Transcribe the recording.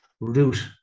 route